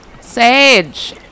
Sage